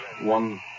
one